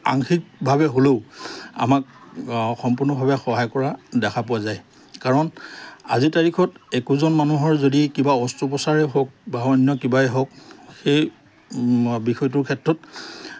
আংক্ষিকভাৱে হ'লেও আমাক সম্পূৰ্ণভাৱে সহায় কৰা দেখা পোৱা যায় কাৰণ আজিৰ তাৰিখত একোজন মানুহৰ যদি কিবা অস্ত্ৰোপ্ৰচাৰে হওক বা অন্য কিবাই হওক সেই বিষয়টোৰ ক্ষেত্ৰত